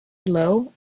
below